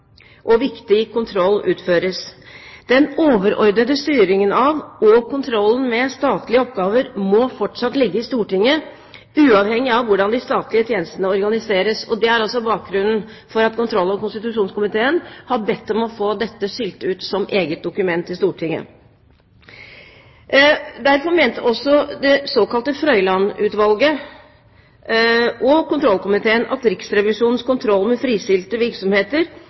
og viktig kontroll utføres. Den overordnede styringen av og kontrollen med statlige oppgaver må fortsatt ligge i Stortinget, uavhengig av hvordan de statlige tjenestene organiseres. Det er altså bakgrunnen for at kontroll- og konstitusjonskomiteen har bedt om å få dette skilt ut som eget dokument i Stortinget. Det såkalte Frøiland-utvalget og kontrollkomiteen mente at Riksrevisjonens kontroll med fristilte virksomheter